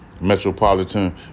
Metropolitan